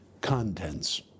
contents